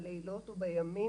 בלילות ובימים,